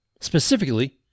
Specifically